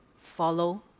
follow